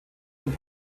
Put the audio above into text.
und